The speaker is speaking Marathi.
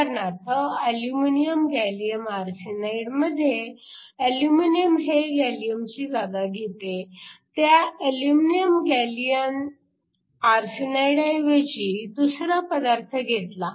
उदाहरणार्थ अल्युमिनिअम गॅलीअम आर्सेनाइडमध्ये अल्युमिनिअम हे गॅलीअमची जागा घेते त्या अल्युमिनिअम गॅलीअम आर्सेनाइडऐवजी दुसरा पदार्थ घेतला